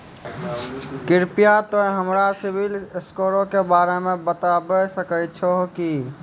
कृपया तोंय हमरा सिविल स्कोरो के बारे मे बताबै सकै छहो कि?